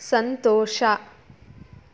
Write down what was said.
ಸಂತೋಷ